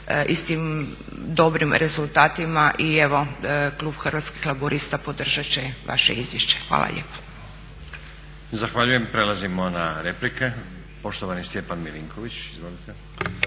istim dobrim rezultatima i evo klub Hrvatskih laburista podržat će vaše izvješće. Hvala lijepa. **Stazić, Nenad (SDP)** Zahvaljujem. Prelazimo na replike. Poštovani Stjepan Milinković. Izvolite.